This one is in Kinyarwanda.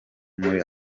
muri